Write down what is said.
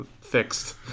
Fixed